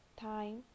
time